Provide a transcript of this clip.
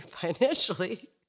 financially